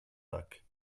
luck